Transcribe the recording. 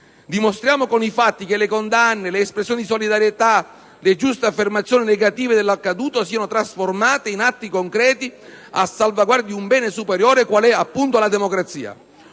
Dimostriamo con i fatti che le condanne, le espressioni di solidarietà, le giuste affermazioni negative dell'accaduto sono trasformate in atti concreti a salvaguardia di un bene superiore, qual è - appunto - la democrazia.